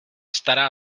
stará